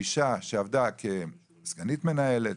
אישה שעבדה כסגנית מנהלת,